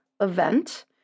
event